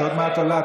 את עוד מעט עולה,